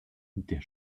der